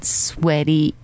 sweaty